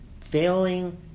failing